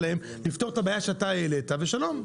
נפתור את הבעיה שאתה העלית ושלום.